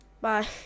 Bye